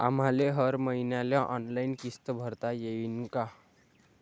आम्हाले हर मईन्याले ऑनलाईन किस्त भरता येईन का?